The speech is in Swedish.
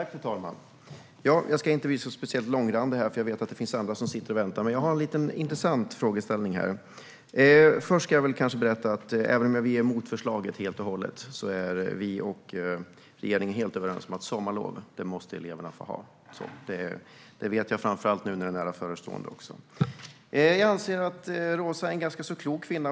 Fru talman! Jag ska inte bli långrandig, för jag vet att det finns andra som sitter och väntar. Jag har dock en intressant frågeställning här. Först ska jag kanske berätta att även om vi är emot förslaget helt och hållet så är vi och regeringen helt överens om att sommarlov, det måste eleverna få ha. Det vet jag framför allt nu när det är nära förestående. Jag anser att Roza Güclü Hedin är en ganska klok kvinna.